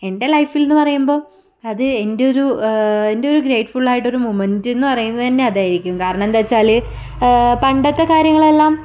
എൻ്റെ ലൈഫിൽ എന്ന് പറയുമ്പം അത് എൻ്റെ ഒരു എൻ്റെ ഒരു ഗ്രെയ്റ്റ്ഫുള്ളായിട്ട് ഒരു മൊമന്റ് എന്ന് പറയുന്നത് തന്നെ അതായിരിക്കും കാരണം എന്താ വെച്ചാൽ പണ്ടത്തെ കാര്യങ്ങളെല്ലാം